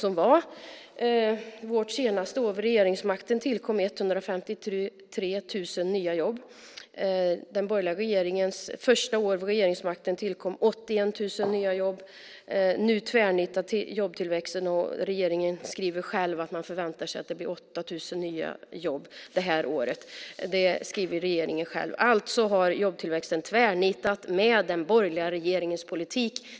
Under vårt senaste år vid regeringsmakten tillkom 153 000 nya jobb. Under den borgerliga regeringens första år vid makten tillkom 81 000 nya jobb. Nu tvärnitar jobbtillväxten och regeringen skriver själv att man förväntar sig att det blir 8 000 nya jobb i år. Jobbtillväxten har alltså tvärnitat med den borgerliga regeringens politik.